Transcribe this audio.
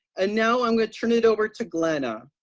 and now i'm gonna turn it over to glenna.